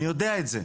אני יודע את זה.